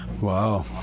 Wow